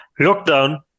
lockdown